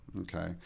Okay